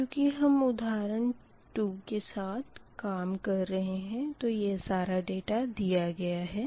चूँकि हम उधारण 2 के साथ काम कर रहे है तो यह सारा डेटा दिया गया है